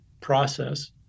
process